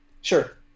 Sure